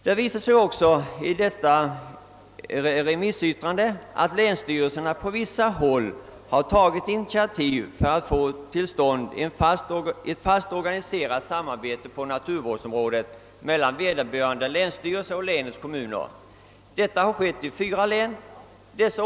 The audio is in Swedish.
Det framgår också av detta re missyttrande, att länsstyrelserna på vissa håll har tagit initiativ för att få till stånd ett fast organiserat samarbete på naturvårdsområdet mellan vederbörande länsstyrelse och länets kommuner. Detta har skett i fyra län.